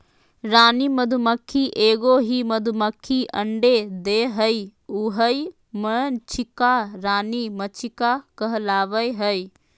रानी मधुमक्खी एगो ही मधुमक्खी अंडे देहइ उहइ मक्षिका रानी मक्षिका कहलाबैय हइ